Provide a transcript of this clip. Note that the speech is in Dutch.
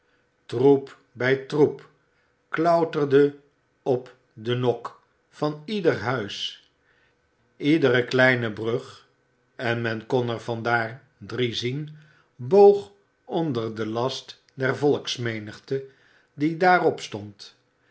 troep bij troep k auterde op de nok van ieder huis ledere kleine brug en men kon er van daar drie zien boog onder den last der volksmenigte die daarop stond